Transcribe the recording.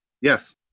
Yes